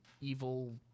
evil